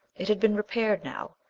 it had been repaired now.